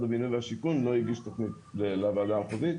הבינוי והשיכון לא הגיש תוכנית לוועדה המחוזית.